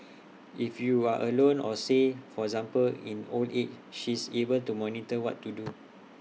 if you are alone or say for example in old age she is able to monitor what to do